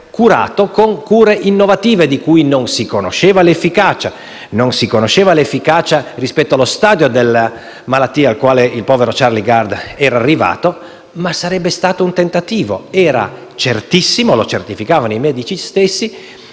curato con cure innovative, delle quali non si conosceva l'efficacia rispetto allo stadio della malattia al quale il povero Charlie Gard era arrivato. Sarebbe stato, però, un tentativo. Era certissimo, e lo certificavano i medici stessi,